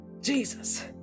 Jesus